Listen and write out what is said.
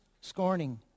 scorning